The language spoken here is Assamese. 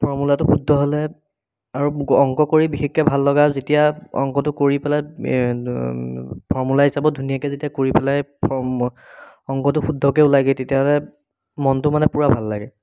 ফৰ্মুলাটো শুদ্ধ হ'লে আৰু অংক কৰি বিশেষকৈ ভাল লগা হ'ল যেতিয়া অংকটো কৰি পেলাই ফৰ্মুলা হিচাপত ধুনীয়াকৈ যেতিয়া কৰি পেলাই ফৰ্ম অংকটো শুদ্ধকৈ ওলাইগৈ তেতিয়াহ'লে মনটো মানে পূৰা ভাল লাগে